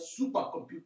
supercomputer